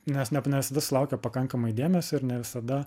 nes ne visada sulaukia pakankamai dėmesio ir ne visada